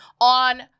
on